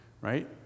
Right